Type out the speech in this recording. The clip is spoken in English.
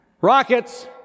Rockets